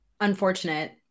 unfortunate